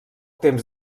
temps